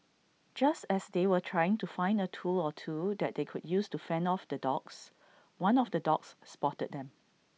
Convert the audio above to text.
just as they were trying to find A tool or two that they could use to fend off the dogs one of the dogs spotted them